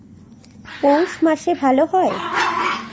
পৌষ মাসে ভালো হয়?